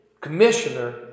commissioner